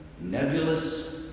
nebulous